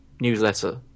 newsletter